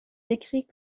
décrit